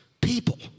people